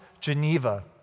Geneva